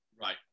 Right